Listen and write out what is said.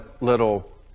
little